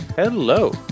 Hello